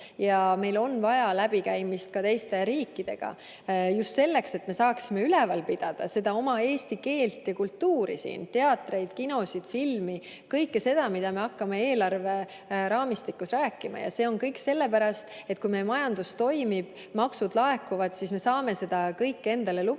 ja meil on vaja läbikäimist ka teiste riikidega, just selleks, et me saaksime üleval pidada oma eesti keelt ja kultuuri, teatreid, kinosid, filmi – kõike seda, millest me hakkame eelarveraamistikus rääkima. See on kõik sellepärast, et kui majandus toimib, maksud laekuvad, siis me saame seda kõike endale lubada.